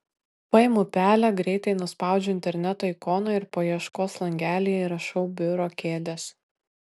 paimu pelę greitai nuspaudžiu interneto ikoną ir paieškos langelyje įrašau biuro kėdės